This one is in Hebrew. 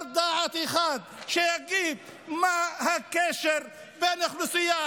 בר דעת אחד שיגיד מה הקשר בין האוכלוסייה